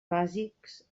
bàsics